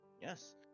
yes